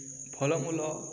ଫଳମୂଳ